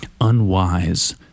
unwise